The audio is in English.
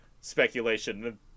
speculation